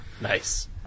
Nice